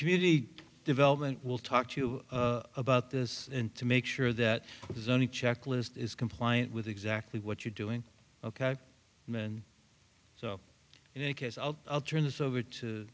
community development we'll talk to you about this and to make sure that it is only checklist is compliant with exactly what you're doing ok and so in any case i'll turn this over to